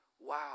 Wow